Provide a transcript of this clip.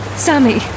Sammy